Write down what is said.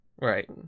right